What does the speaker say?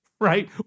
right